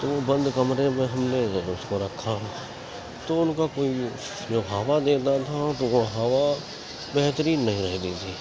تو وہ بند کمرے میں ہم نے جب اس کو رکھا تو ان کا کوئی جو ہوا دیتا تھا تو وہ ہوا بہترین نہیں رہتی تھی